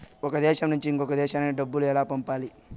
ఒక దేశం నుంచి ఇంకొక దేశానికి డబ్బులు ఎలా పంపాలి?